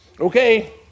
okay